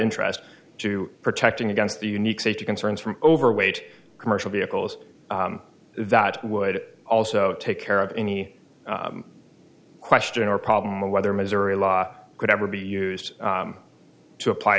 interest to protecting against the unique safety concerns from overweight commercial vehicles that would also take care of any question or problem whether missouri law could ever be used to apply